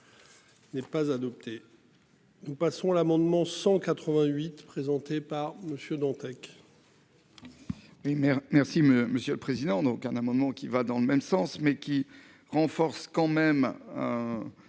N'est pas adopté. Nous passons l'amendement 188 présenté par Monsieur Dantec. Oui mais, merci Monsieur. Monsieur le Président. Donc un amendement qui va dans le même sens, mais qui renforce quand même.